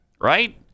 right